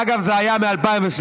אגב, זה היה מ-2013.